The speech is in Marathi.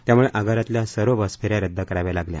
त्यामुळे आगारातल्या सर्व बस फेऱ्या रद्द कराव्या लागल्या